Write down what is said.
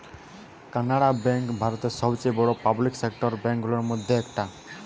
Canara bank ভারতের সবচেয়ে বড়ো পাবলিক সেক্টর ব্যাঙ্ক গুলোর মধ্যে একটা